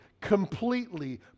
completely